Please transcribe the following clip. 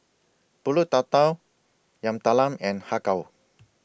Pulut Tatal Yam Talam and Har Kow